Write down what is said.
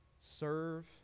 serve